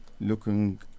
looking